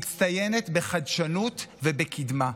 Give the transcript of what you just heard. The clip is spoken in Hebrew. מצטיינת בחדשנות ובקדמה.